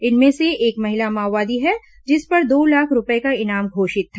इनमें से एक महिला माओवादी है जिस पर दो लाख रूपये का इनाम घोषित था